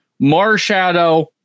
Marshadow